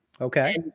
Okay